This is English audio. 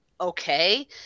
okay